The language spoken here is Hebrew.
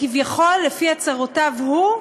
כביכול, לפי הצהרותיו הוא,